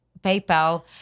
PayPal